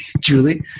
Julie